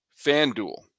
FanDuel